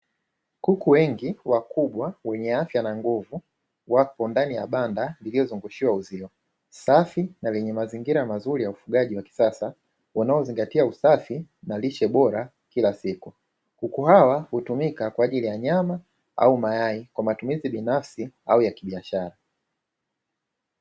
Kuku wengi wakubwa wenye afya na nguvu, wako ndani ya banda lililozungushiwa uzio, safi, na lenye mazingira mazuri ya ufugaji wa kisasa, yanayozingatia usafi na lishe bora kila siku. Kuku hawa hutumika kwa ajili ya nyama au mayai, kwa matumizi binafsi au ya kibiashara.